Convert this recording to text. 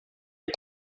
est